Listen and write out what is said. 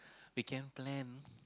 we can plan